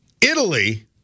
Italy